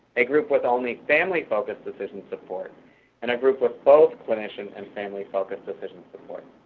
a group with only family focused decision-support, and a group with both clinician and family focused decision-support.